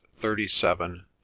thirty-seven